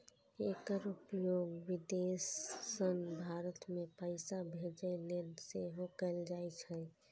एकर उपयोग विदेश सं भारत मे पैसा भेजै लेल सेहो कैल जाइ छै